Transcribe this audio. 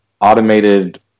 automated